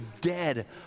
dead